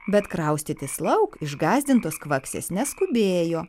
bet kraustytis lauk išgąsdintos kvaksės neskubėjo